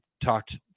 talked